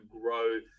grow